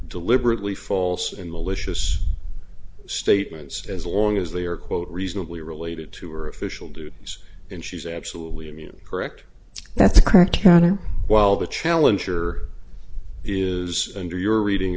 deliberately false and malicious statements as long as they are quote reasonably related to or official duties and she's absolutely correct that's correct while the challenger is under your reading